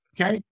okay